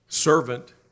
servant